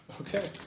Okay